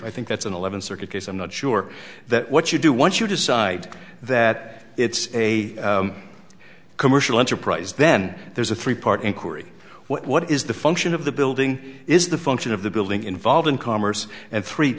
i think that's an eleventh circuit case i'm not sure that what you do once you decide that it's a commercial enterprise then there's a three part inquiry what is the function of the building is the function of the building involved in commerce and three